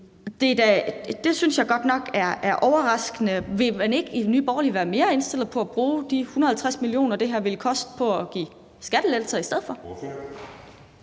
Det synes jeg godt nok er overraskende. Vil man ikke i Nye Borgerlige være mere indstillet på at bruge de 150 mio. kr., som det her ville koste, på at give skattelettelser i stedet for?